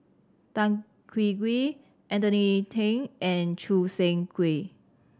Tan Hwee Hwee Anthony Then and Choo Seng Quee